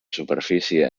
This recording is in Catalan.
superfície